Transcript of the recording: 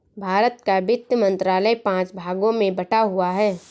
भारत का वित्त मंत्रालय पांच भागों में बटा हुआ है